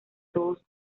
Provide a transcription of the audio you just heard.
todos